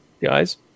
guys